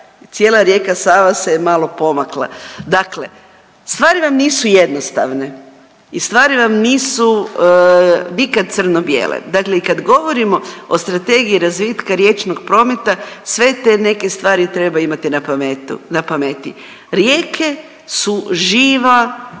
cijela rijeka Sava se je malo pomakla. Dakle, stvari vam nisu jednostavne i stvari vam nisu nikad crno-bijele. Dakle i kad govorimo o Strategiji razvitka riječnog prometa sve te neke stvari treba imati na pameti. Rijeke su živa tvar,